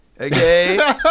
okay